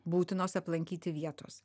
būtinos aplankyti vietos